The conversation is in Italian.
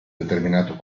determinato